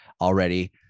already